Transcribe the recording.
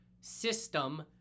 system